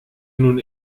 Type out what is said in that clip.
nun